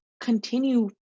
continue